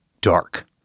dark